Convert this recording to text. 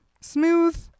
smooth